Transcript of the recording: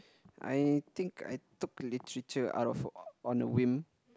I think I took literature out of on a whim